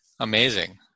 Amazing